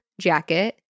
jacket